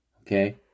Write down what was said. Okay